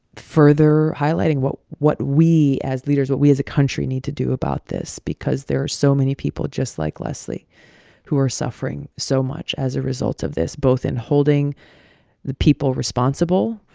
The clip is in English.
further highlighting what what we as leaders, what we as a country need to do about this because there are so many people just like leslie who are suffering so much as a result of this both in holding the people responsible,